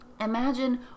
Imagine